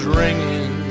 ringing